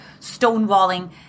stonewalling